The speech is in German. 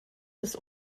des